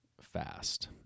fast